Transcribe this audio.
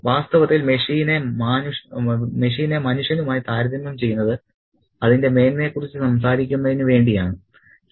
വാസ്തവത്തിൽ മെഷീനെ മനുഷ്യനുമായി താരതമ്യം ചെയ്യുന്നത് അതിന്റെ മേന്മയെക്കുറിച്ച് സംസാരിക്കുന്നതിന് വേണ്ടി ആണ്